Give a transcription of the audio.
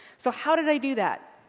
so how did i do that?